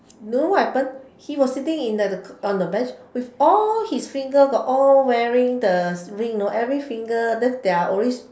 you know what happen he was sitting in the on a bench with all his finger got all wearing the ring you know every finger then there are always